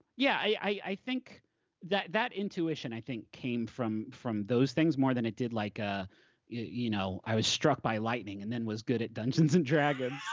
yeah, i think that that intuition, i think, came from from those things more than it did like ah you know i was struck by lightning and then was good at dungeons and dragons.